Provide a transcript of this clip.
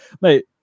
mate